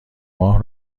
ماه